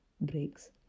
breaks